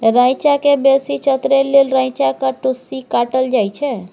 रैंचा केँ बेसी चतरै लेल रैंचाक टुस्सी काटल जाइ छै